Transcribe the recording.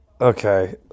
Okay